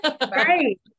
Right